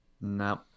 No